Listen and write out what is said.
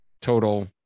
total